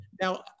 Now